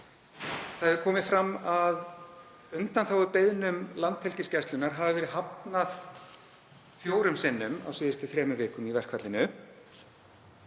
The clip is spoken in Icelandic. Það hefur komið fram að undanþágubeiðnum Landhelgisgæslunnar hafi verið hafnað fjórum sinnum á síðustu þremur vikum í verkfallinu.